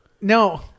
No